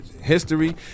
History